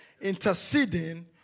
interceding